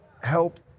help